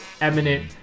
eminent